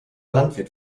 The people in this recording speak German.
landwirt